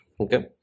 okay